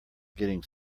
getting